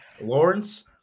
Lawrence